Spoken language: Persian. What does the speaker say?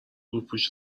روپوش